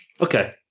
Okay